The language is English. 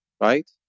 right